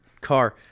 car